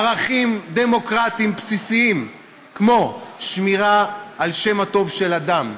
ערכים דמוקרטיים בסיסיים כמו שמירה על השם הטוב של אדם,